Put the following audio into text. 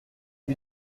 dit